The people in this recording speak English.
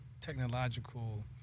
technological